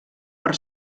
per